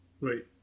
Right